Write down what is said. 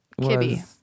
Kibby